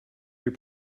your